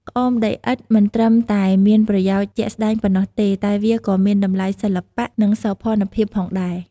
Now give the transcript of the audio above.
ក្អមដីឥដ្ឋមិនត្រឹមតែមានប្រយោជន៍ជាក់ស្តែងប៉ុណ្ណោះទេ តែវាក៏មានតម្លៃសិល្បៈ និងសោភ័ណភាពផងដែរ។